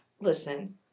listen